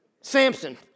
Samson